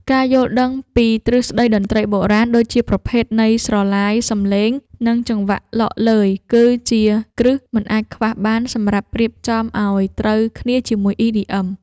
ការយល់ដឹងពីទ្រឹស្ដីតន្ត្រីបុរាណ ដូចជាប្រភេទនៃស្រឡាយសំឡេង និងចង្វាក់ឡកឡឺយ គឺជាគ្រឹះមិនអាចខ្វះបានសម្រាប់រៀបចំឱ្យត្រូវគ្នាជាមួយ EDM។